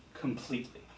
completely